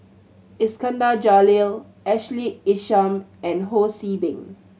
Iskandar Jalil Ashley Isham and Ho See Beng